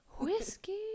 Whiskey